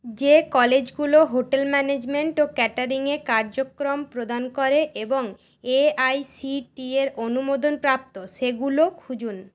যে কলেজগুলো hotel management ও ক্যাটারিংয়ে কার্যক্রম প্রদান করে এবং এআইসিটিই এর অনুমোদনপ্রাপ্ত সেগুলো খুঁজুন